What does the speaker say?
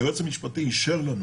שהיועץ המשפטי אישר לנו